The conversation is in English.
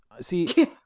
See